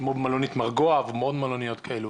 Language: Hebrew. כמו במלונית מרגוע ועוד מלוניות כאלה.